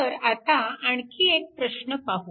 तर आता आणखी एक प्रश्न पाहू